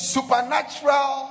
Supernatural